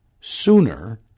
sooner